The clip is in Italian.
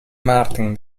martin